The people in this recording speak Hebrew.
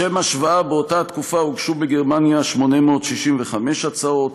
לשם השוואה, באותה תקופה הוגשו בגרמניה 865 הצעות,